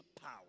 power